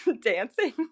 Dancing